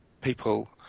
people